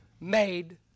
made